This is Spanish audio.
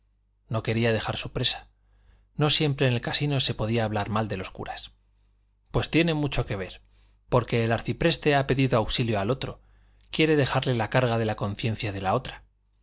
no quería dejar su presa no siempre en el casino se podía hablar mal de los curas pues tiene mucho que ver porque el arcipreste ha pedido auxilio al otro quiere dejarle la carga de la conciencia de la otra